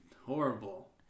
horrible